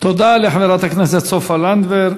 תודה לחברת הכנסת סופה לנדבר.